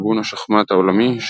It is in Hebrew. איגוד השחמט העולמי,